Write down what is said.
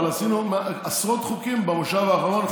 אבל עשינו עשרות חוקים במושב האחרון,